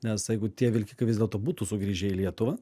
nes jeigu tie vilkikai vis dėlto būtų sugrįžę į lietuvą